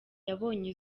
yabonye